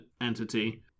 entity